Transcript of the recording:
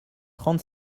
trente